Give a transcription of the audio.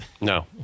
No